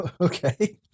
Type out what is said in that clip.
Okay